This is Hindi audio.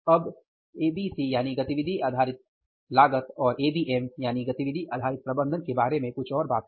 अब एबीएम गतिविधि आधारित प्रबंधन के बारे में कुछ और बातें